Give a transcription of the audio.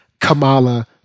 Kamala